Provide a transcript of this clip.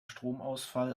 stromausfall